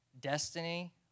destiny